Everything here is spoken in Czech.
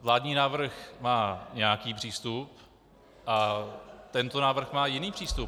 Vládní návrh má nějaký přístup a tento návrh má jiný přístup.